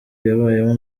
yabayemo